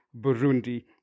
Burundi